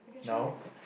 now